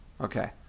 Okay